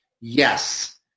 Yes